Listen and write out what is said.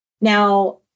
Now